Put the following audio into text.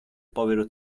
povero